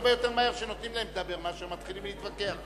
הרבה יותר מהר כשנותנים להם לדבר מאשר מתחילים להתווכח.